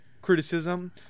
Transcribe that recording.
criticism